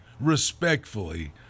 respectfully